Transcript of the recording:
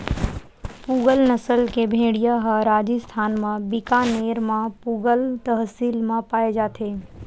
पूगल नसल के भेड़िया ह राजिस्थान म बीकानेर म पुगल तहसील म पाए जाथे